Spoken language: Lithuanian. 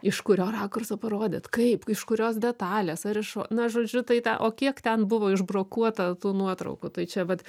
iš kurio rakurso parodyt kaip iš kurios detalės ar iš na žodžiu tai ta o kiek ten buvo išbrokuota tų nuotraukų tai čia vat